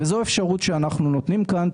זאת אפשרות שאנחנו נותנים כאן.